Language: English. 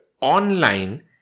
Online